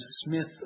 Smith